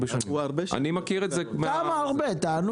אני מכיר את זה --- כמה הרבה?